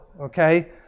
okay